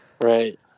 Right